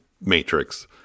matrix